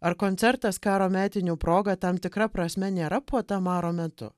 ar koncertas karo metinių proga tam tikra prasme nėra puota maro metu